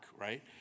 right